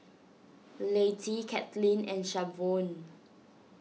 Lettie Katlyn and Shavonne